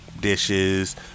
Dishes